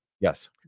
Yes